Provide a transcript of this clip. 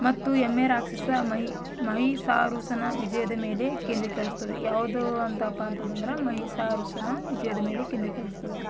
ಮತ್ತು ಎಮ್ಮೆ ರಾಕ್ಷಸ ಮಹೀಸಾಸುರನ ವಿಜಯದ ಮೇಲೆ ಕೇಂದ್ರೀಕರಿಸ್ತದೆ ಯಾವುದು ಅಂತಪ್ಪಾ ಅಂತಂತಂದ್ರೆ ಮಹೀಸಾಸುರನ ವಿಜಯದ ಮೇಲೆ ಕೇಂದ್ರೀಕರಿಸ್ತದೆ